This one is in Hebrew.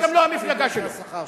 גם לא המפלגה שלו.